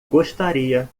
gostaria